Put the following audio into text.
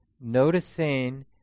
Noticing